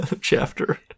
chapter